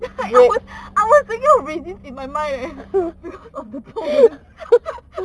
I was I was thinking of raisins in my mind eh oh 不错 man